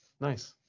Nice